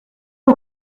aux